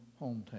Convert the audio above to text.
hometown